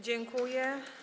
Dziękuję.